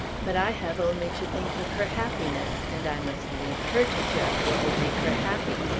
but i have only to think of her happiness and i must leave her to judge what will make her happy.